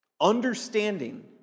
Understanding